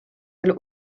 elle